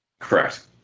Correct